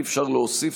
אי-אפשר להוסיף,